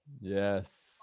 Yes